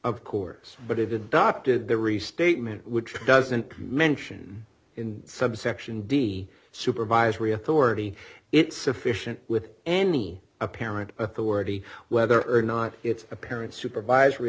of course but if adopted the restatement which doesn't mention in subsection d supervisory authority it's sufficient with any apparent authority whether or not it's apparent supervisory